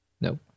No